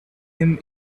him